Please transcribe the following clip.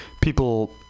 people